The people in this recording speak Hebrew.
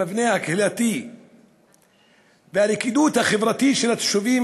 המבנה הקהילתי והלכידות החברתית של התושבים,